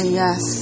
yes